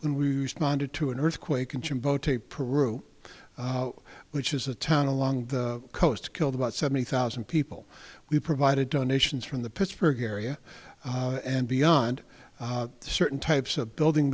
we responded to an earthquake in chimbo tape arup which is a town along the coast killed about seventy thousand people we provided donations from the pittsburgh area and beyond certain types of building